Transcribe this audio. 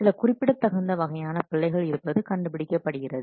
சில குறிப்பிடத்தகுந்த வகையான பிழைகள் இருப்பது கண்டுபிடிக்கப்படுகிறது